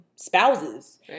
spouses